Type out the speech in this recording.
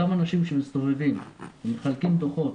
אותם אנשים שמסתובבים ומחלקים דוחות